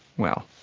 well,